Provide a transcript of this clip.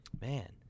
Man